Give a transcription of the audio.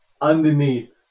Underneath